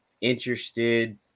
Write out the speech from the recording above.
interested